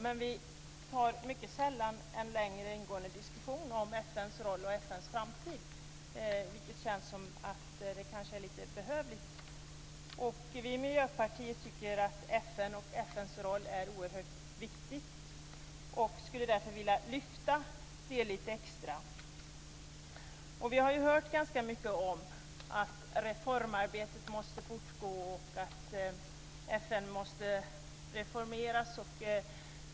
Men vi tar mycket sällan en längre ingående diskussion om FN:s roll och FN:s framtid. Det är kanske lite behövligt. Vi i Miljöpartiet tycker att FN:s roll är oerhört viktig. Vi skulle därför vilja lyfta det lite extra. Vi har hört ganska mycket om att reformarbetet måste fortgå och att FN måste reformeras.